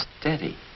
steady